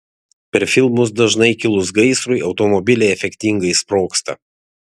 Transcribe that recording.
per filmus dažnai kilus gaisrui automobiliai efektingai sprogsta